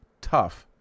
Tough